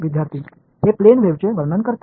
विद्यार्थीः हे प्लेन वेव्हचे वर्णन करते